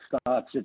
starts